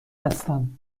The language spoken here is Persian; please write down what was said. هستم